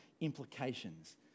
implications